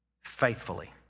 faithfully